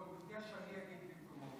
הוא הציע שאני אגיד במקומו.